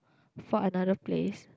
for another place